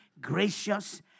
gracious